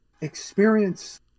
experience